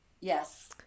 yes